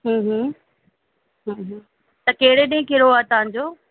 त कहिड़े ॾींहुं किरियो आहे तव्हांजो